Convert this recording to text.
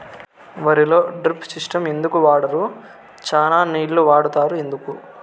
వరిలో drip system ఎందుకు వాడరు? చానా నీళ్లు వాడుతారు ఎందుకు?